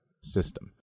system